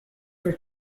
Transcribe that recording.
for